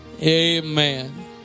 amen